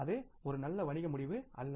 அது ஒரு நல்ல வணிக முடிவு அல்ல